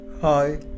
Hi